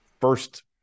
first